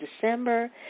December